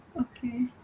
okay